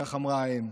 כך אמרה האם.